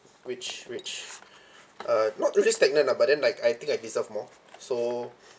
which which uh not really stagnant lah but then like I think I deserve more so